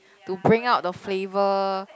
to bring out the flavor